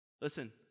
Listen